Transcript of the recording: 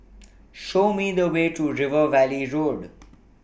Show Me The Way to River Valley Road